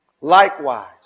Likewise